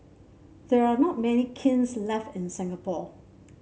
there are not many kilns left in Singapore